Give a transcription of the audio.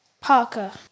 Parker